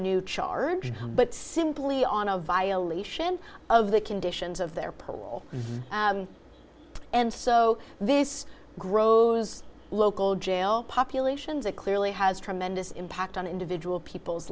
new charge but simply on a violation of the conditions of their poll and so this grows local jail populations it clearly has tremendous impact on individual people's